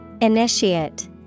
Initiate